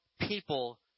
people